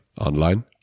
online